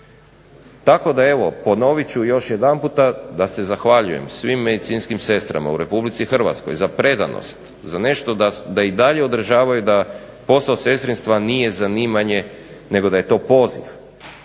Tako da evo ponovit ću još jedanputa da se zahvaljujem svim medicinskim sestrama u RH za predanost, za nešto da i dalje održavaju da posao sestrinstva nije zanimanje nego da je to poziv,